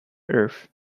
earth